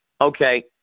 okay